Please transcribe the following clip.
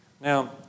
Now